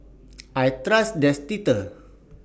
I Trust Dentiste